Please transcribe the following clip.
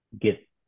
get